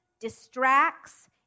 distracts